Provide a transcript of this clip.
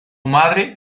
madre